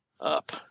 up